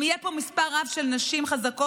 אם יהיה פה מספר רב של נשים חזקות,